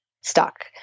stuck